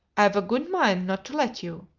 i've a good mind not to let you.